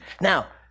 Now